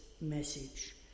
message